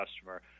customer